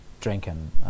drinking